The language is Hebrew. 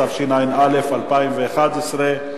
התשע"א 2011,